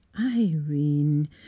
irene